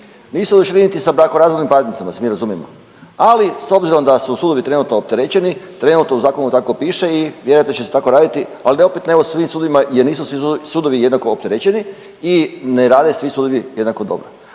Nisu oduševljeni niti sa brakorazvodnim parnicama da se mi razumijemo, ali s obzirom da su sudovi trenutno opterećeni, trenutno u zakonu tako piše i vjerojatno će se tako radi, ali ne opet na evo svim sudovima jer nisu svi sudovi jednako opterećeni i ne rade svi sudovi jednako dobro.